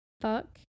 fuck